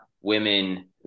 women